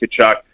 Kachuk